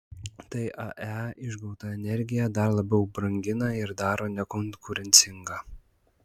tai ae išgautą energiją dar labiau brangina ir daro nekonkurencingą